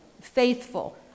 faithful